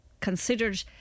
considered